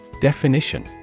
Definition